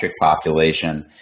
population